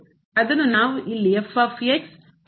ಅದನ್ನು ನಾವು ಇಲ್ಲಿ power ಎಂದು ಊಹಿಸಿದ್ದೇವೆ